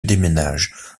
déménage